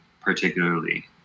particularly